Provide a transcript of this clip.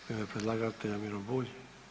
U ime predlagatelja Miro Bulj.